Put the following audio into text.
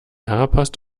passt